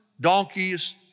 donkeys